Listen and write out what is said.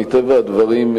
מטבע הדברים,